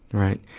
right.